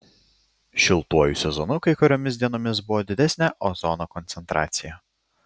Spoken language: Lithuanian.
šiltuoju sezonu kai kuriomis dienomis buvo didesnė ozono koncentracija